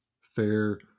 fair